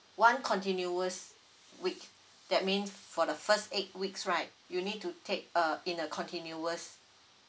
one continuous week that means for the first eight weeks right you need to take uh in a continuous